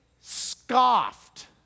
scoffed